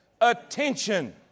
attention